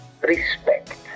respect